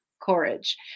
courage